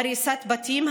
הריסת בתים,